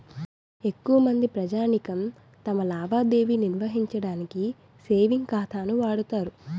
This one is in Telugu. ఎక్కువమంది ప్రజానీకం తమ లావాదేవీ నిర్వహించడానికి సేవింగ్ ఖాతాను వాడుతారు